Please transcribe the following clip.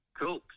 Cool